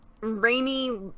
rainy